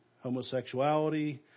homosexuality